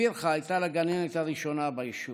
ופירחה הייתה לגננת הראשונה ביישוב.